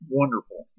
wonderful